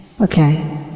Okay